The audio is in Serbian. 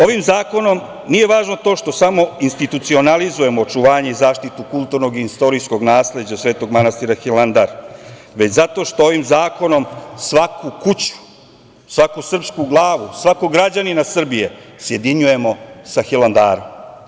Ovim zakonom, nije važno to što samo institucionalizujemo očuvanje i zaštitu kulturnog i istorijskog nasleđa svetog manastira Hilandar, već zato što ovim zakonom svaku kuću, svaku srpsku glavu, svakog građanina Srbije sjedinjujemo sa Hilandarom.